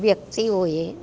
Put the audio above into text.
વ્યક્તિઓએ